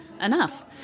enough